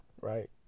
right